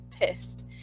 pissed